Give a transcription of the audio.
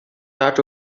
dirt